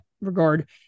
regard